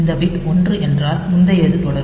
இந்த பிட் ஒன்று என்றால் முந்தையது தொடரும்